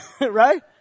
right